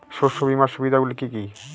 শস্য বিমার সুবিধাগুলি কি কি?